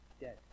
Dead